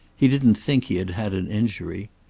he didn't think he had had an injury.